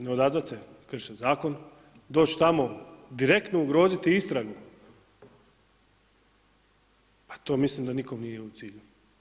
Ne odazvat se, krše zakon, doć tamo direktno ugroziti istragu, pa to mislim da nikom nije u cilju.